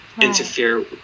interfere